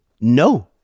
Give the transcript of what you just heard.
no